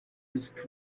his